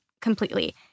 completely